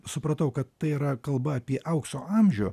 supratau kad tai yra kalba apie aukso amžių